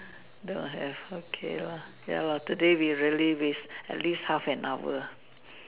don't have okay lah ya lah today we really waste at least half an hour